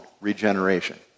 regeneration